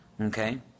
Okay